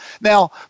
Now